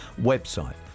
website